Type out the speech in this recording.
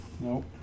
Nope